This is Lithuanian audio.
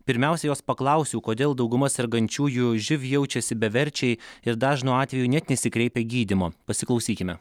pirmiausia jos paklausiau kodėl dauguma sergančiųjų živ jaučiasi beverčiai ir dažnu atveju net nesikreipia gydymo pasiklausykime